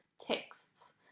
texts